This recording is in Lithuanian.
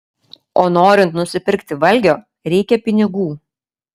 o norint nusipirkti valgio reikia pinigų